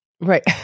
Right